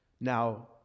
now